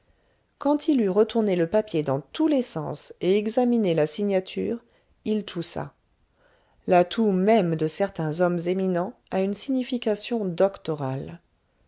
quand il eut retourné le papier dans tous les sens et examiné la signature il toussa la toux même de certains hommes éminents a une signification doctorale